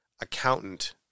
accountant